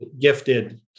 gifted